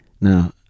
now